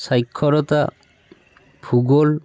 স্বাক্ষৰতা ভূগোল